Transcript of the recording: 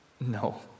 No